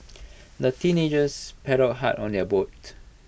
the teenagers paddled hard on their boat